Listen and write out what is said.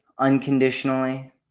Unconditionally